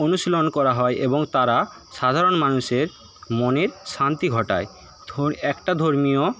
অনুশীলন করা হয় এবং তারা সাধারণ মানুষের মনের শান্তি ঘটায় একটা ধর্মীয়